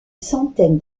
centaine